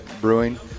brewing